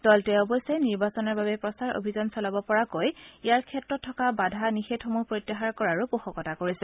দলটোৱে অৱশ্যে নিৰ্বাচনৰ বাবে প্ৰচাৰ অভিযান চলাব পৰাকৈ ইয়াৰ ক্ষেত্ৰত থকা বাধা নিষেধসমূহ প্ৰত্যাহাৰ কৰাৰো পোষকতা কৰিছে